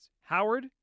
Howard